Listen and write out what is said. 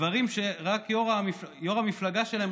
דברים שיו"ר המפלגה שלהם,